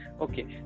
Okay